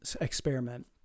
experiment